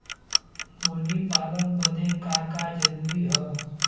मुर्गी पालन बदे का का जरूरी ह?